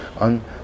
on